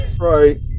Right